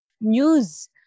news